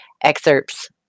excerpts